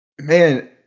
Man